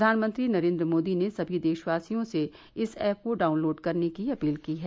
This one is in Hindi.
प्रधानमंत्री नरेंद्र मोदी ने सभी देशवासियों से इस ऐप को डाउनलोड करने की अपील की है